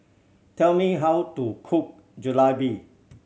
tell me how to cook Jalebi